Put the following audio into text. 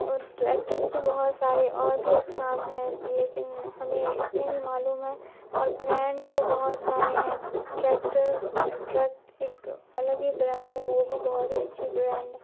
اور ٹریکٹر کی بہت ساری اور بھی اقسام ہیں لیکن ہمیں اتنی ہی معلوم ہیں اور برانڈ تو بہت سارے ہیں ٹریکٹر ٹریک ایک الگ ہی برانڈ ہے وہ بھی بہت ہی اچھی برانڈ